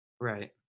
Right